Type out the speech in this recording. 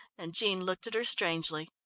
and jean looked at her strangely.